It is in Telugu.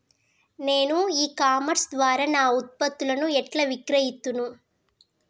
నేను ఇ కామర్స్ ద్వారా నా ఉత్పత్తులను ఎట్లా విక్రయిత్తను?